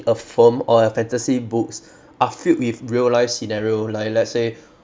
a film or a fantasy books are filled with real life scenario like let's say